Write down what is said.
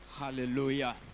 hallelujah